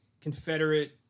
confederate